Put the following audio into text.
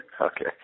Okay